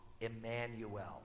Emmanuel